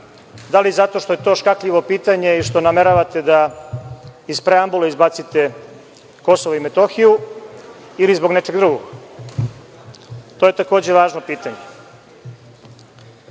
Da li zato što je to škakljivo pitanje i što nameravate da iz preambule izbacite Kosovo i Metohiju ili zbog nečeg drugog? To je takođe važno pitanje. Govorili